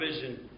vision